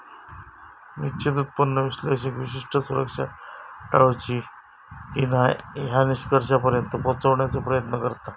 निश्चित उत्पन्न विश्लेषक विशिष्ट सुरक्षा टाळूची की न्हाय या निष्कर्षापर्यंत पोहोचण्याचो प्रयत्न करता